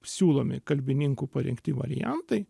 siūlomi kalbininkų parinkti variantai